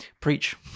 preach